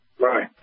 Right